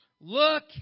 Look